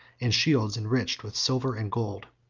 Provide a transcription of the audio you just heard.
and shields enriched with silver and gold.